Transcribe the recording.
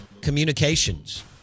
Communications